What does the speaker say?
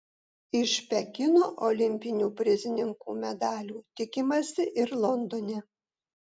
iš pekino olimpinių prizininkų medalių tikimasi ir londone